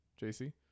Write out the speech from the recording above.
jc